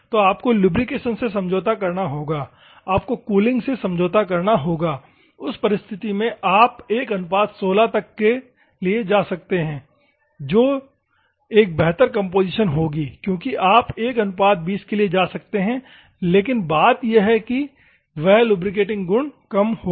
तो आपको लुब्रिकेशन से समझौता करना होगा आपको कूलिंग से समझौता करना होगा उस परिस्थिति में यदि आप 116 तक जा सकते हैं तो यह एक बेहतर कम्पोजीशन होगी क्योंकि आप 120 के लिए जा सकते हैं लेकिन बात यह है कि वह लुब्रिकेटिंग गुण कम होगा